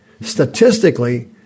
statistically